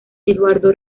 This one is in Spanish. eduardo